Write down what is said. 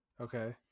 Okay